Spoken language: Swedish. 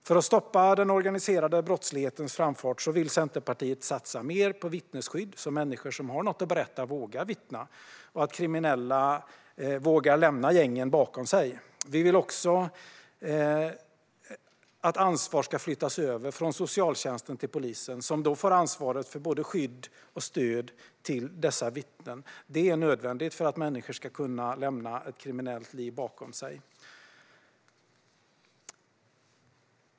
För att stoppa den organiserade brottslighetens framfart vill Centerpartiet satsa mer på vittnesskydd, så att människor som har något att berätta vågar vittna och kriminella vågar lämna gängen bakom sig. Vi vill också att ansvar ska flyttas över från socialtjänsten till polisen, som då får ansvaret för både skydd och stöd till vittnen. Det är nödvändigt för att människor ska kunna lämna ett kriminellt liv bakom sig.